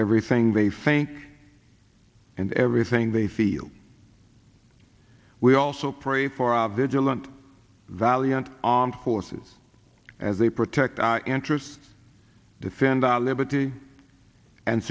everything they fake and everything they feel we also pray for our vigilant valiant armed forces as they protect our interests defend our liberty and